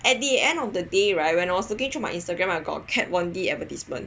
at the end of the day right when I was looking through my Instagram I got a Kat Von D adverstisement